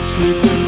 Sleeping